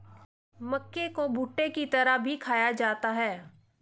मक्के को भुट्टे की तरह भी खाया जाता है